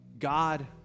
God